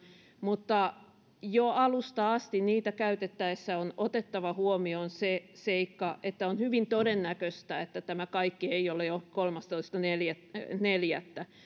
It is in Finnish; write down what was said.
mutta jo alusta asti niitä käytettäessä on otettava huomioon se seikka että on hyvin todennäköistä että tämä kaikki ei ole ohi jo kolmastoista neljättä